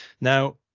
Now